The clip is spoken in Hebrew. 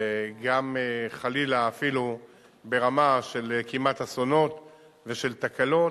גם חלילה אפילו ברמה של כמעט-אסונות ושל תקלות,